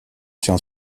tient